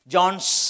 John's